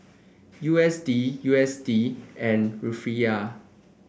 U S D U S D and Rufiyaa